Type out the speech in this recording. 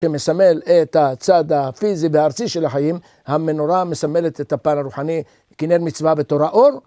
שמסמל את הצעד הפיזי והארצי של החיים. המנורה מסמלת את הפעל הרוחני, כנר מצווה ותורה אור.